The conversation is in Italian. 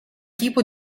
tipo